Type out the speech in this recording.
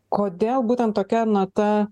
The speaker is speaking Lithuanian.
kodėl būtent tokia nata